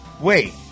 wait